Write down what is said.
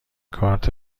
کارت